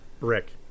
Rick